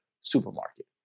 supermarket